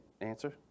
Answer